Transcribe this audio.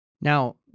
Now